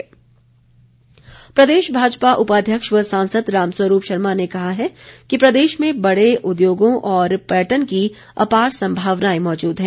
रामस्वरूप प्रदेश भाजपा उपाध्यक्ष व सांसद रामस्वरूप शर्मा ने कहा है कि प्रदेश में बड़े उद्योगों और पर्यटन की अपार संभावनाएं मौजूद हैं